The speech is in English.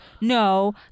no